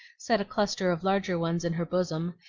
set a cluster of larger ones in her bosom,